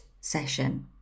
session